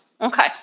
Okay